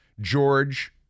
George